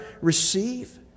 receive